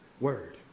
word